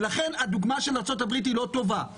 ולכן הדוגמה של ארצות הברית לא טובה.